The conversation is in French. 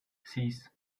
six